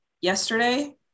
yesterday